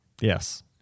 yes